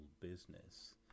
business